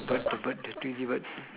bird bird the thing give bird